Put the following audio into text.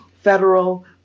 federal